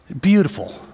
Beautiful